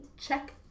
Check